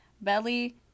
Belly